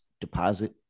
deposit